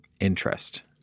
interest